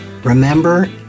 Remember